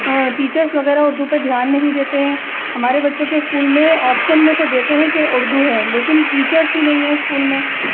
teachers وغیرہ اردو پر دھیان نہیں دیتے ہیں ہمارے بچوں کے اسکول میں آپشن میں تو دیتے ہیں کہ اردو ہے لیکن ٹیچرس ہی نہیں ہیں اسکول میں